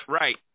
Right